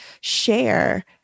share